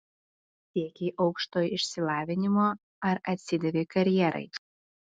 siekei aukštojo išsilavinimo ar atsidavei karjerai